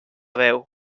veu